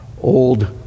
old